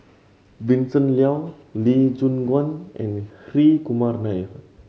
Vincent Leow Lee Choon Guan and Hri Kumar Nair